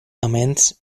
amends